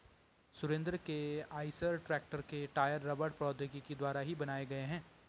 सुरेंद्र के आईसर ट्रेक्टर के टायर रबड़ प्रौद्योगिकी द्वारा ही बनाए गए हैं